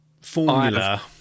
formula